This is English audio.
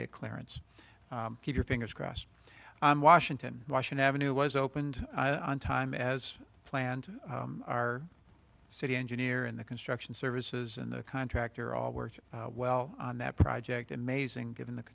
get clearance keep your fingers crossed i'm washington russian avenue was opened on time as planned our city engineer in the construction services and the contractor all worked well on that project amazing given the